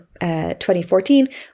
2014